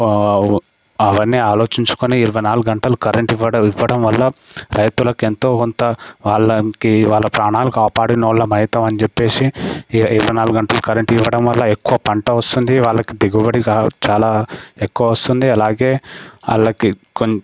అవన్నీ ఆలోచించుకొని ఇరవై నాలుగు గంటలు కరెంటు ఇవ్వడ ఇవ్వడం వల్ల రైతులకు ఎంతో కొంత వాళ్లకి వాళ్ల ప్రాణాలు కాపాడినొళం అయితమని చెప్పేసి ఇరవై నాలుగు గంటలు కరెంటు ఇవ్వడం వల్ల ఎక్కువ పంట వస్తుంది వాళ్లకి దిగుబడి చాలా ఎక్కువ వస్తుంది అలాగే వాళ్లకి కొం